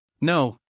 no